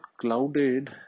clouded